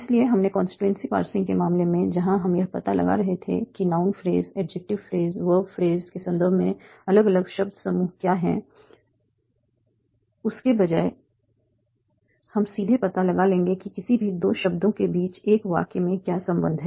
इसलिए हमने constituency parsing के मामले में जहां हम यह पता लगा रहे थे कि noun phrase adjective phrase verb phrase के संदर्भ में अलग अलग शब्द समूह क्या हैं उसके बजाय हम सीधे पता लगा लेंगे कि किसी भी दो शब्दों के बीच एक वाक्य में क्या संबंध है